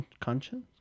Conscience